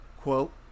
quote